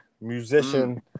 musician